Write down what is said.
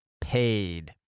paid